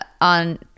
on